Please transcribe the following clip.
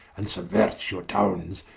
and subuerts your townes,